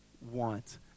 want